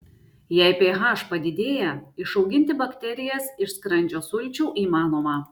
jei ph padidėja išauginti bakterijas iš skrandžio sulčių įmanoma